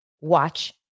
watch